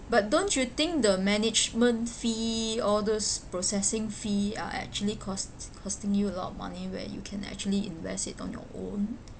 but don't you think the management fee all those processing fee are actually cost~ costing you a lot of money where you can actually invest it on your own